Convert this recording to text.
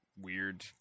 weird